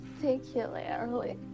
particularly